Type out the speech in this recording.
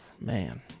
man